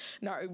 no